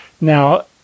Now